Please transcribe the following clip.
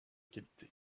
qualité